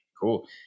Cool